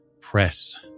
press